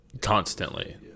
Constantly